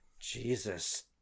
Jesus